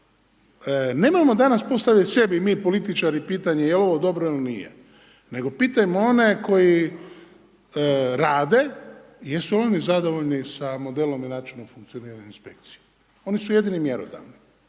nemojmo danas postavljati sebi mi političari pitanje jel' ovo dobro ili nije nego pitajmo one koji rade i jesu li oni zadovoljni sa modelom i načinom funkcioniranja inspekcija. Oni su jedini mjerodavni,